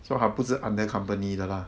so 她不是 under company 的 lah